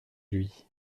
lui